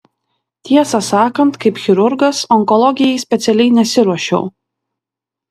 tiesą sakant kaip chirurgas onkologijai specialiai nesiruošiau